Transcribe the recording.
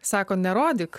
sako nerodyk